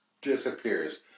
disappears